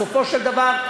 בסופו של דבר,